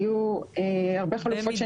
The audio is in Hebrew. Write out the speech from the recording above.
היו הרבה חלופות.